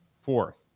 fourth